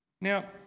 Now